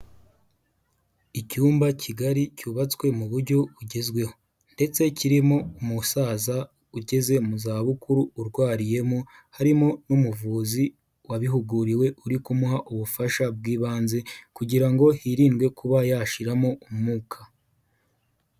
Icyumba kigari cyubatswe mu buryo bugezweho, ndetse kirimo umusaza ugeze mu za bukuru urwariyemo, harimo n'umuvuzi wabihuguriwe uri kumuha ubufasha bw'ibanze, kugira ngo hirindewe kuba yashiramo umwuka.